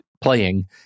playing